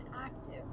active